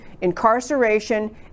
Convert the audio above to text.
incarceration